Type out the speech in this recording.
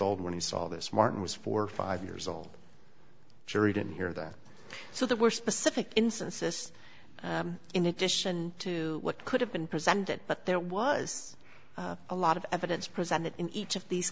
old when he saw this martin was for five years old jury didn't hear that so there were specific instances in addition to what could have been presented but there was a lot of evidence presented in each of these